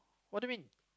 what do you mean